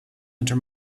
under